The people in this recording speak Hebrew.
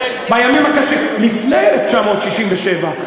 לפני 1967,